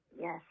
Yes